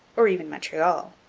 or even montreal.